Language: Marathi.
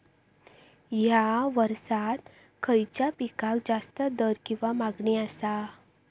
हया वर्सात खइच्या पिकाक जास्त दर किंवा मागणी आसा?